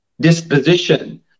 disposition